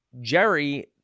Jerry